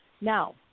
Now